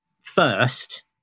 first